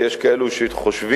כי יש כאלה שחושבים,